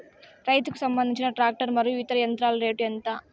రైతుకు సంబంధించిన టాక్టర్ మరియు ఇతర యంత్రాల రేటు ఎంత?